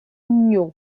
gnu